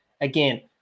again